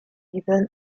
even